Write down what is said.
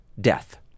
death